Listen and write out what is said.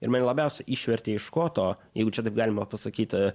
ir mane labiausiai išvertė iš koto jeigu čia taip galima pasakyt